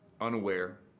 unaware